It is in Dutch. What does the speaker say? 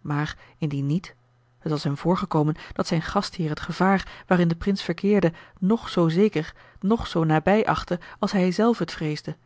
maar indien niet het was hem voorgekomen dat zijn gastheer het gevaar waarin de prins verkeerde noch zoo zeker noch zoo nabij achtte als hij zelf het vreesde